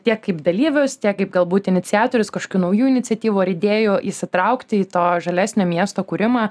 tiek kaip dalyvius tiek kaip galbūt iniciatorius kažkokių naujų iniciatyvų ar idėjų įsitraukti į to žalesnio miesto kūrimą